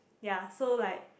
ya so like